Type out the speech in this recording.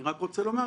אז אני רק רוצה לומר,